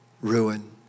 ruin